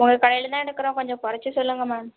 உங்கள் கடையில் தான் எடுக்கிறோம் கொஞ்சம் குறைச்சி சொல்லுங்கள் மேம்